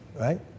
right